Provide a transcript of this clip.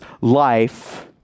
life